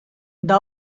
the